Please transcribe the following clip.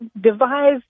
devise